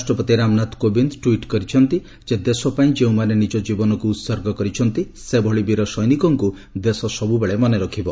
ରାଷ୍ଟ୍ରପତି ରାମନାଥ କୋବିନ୍ଦ ଟ୍ୱିଟ୍ କରିଛନ୍ତି ଯେ ଦେଶ ପାଇଁ ଯେଉଁମାନେ ନିଜ ଜୀବନକୁ ଉତ୍ଗ କରିଛନ୍ତି ସେଭଳି ବୀର ସୈନିକଙ୍କ ଦେଶ ସବ୍ରବେଳେ ମନେ ରଖିବ